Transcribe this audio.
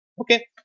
Okay